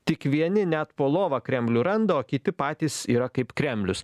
tik vieni net po lova kremlių randa o kiti patys yra kaip kremlius